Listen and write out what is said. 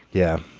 yeah.